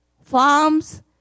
farms